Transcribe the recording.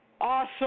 Awesome